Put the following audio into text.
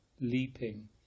leaping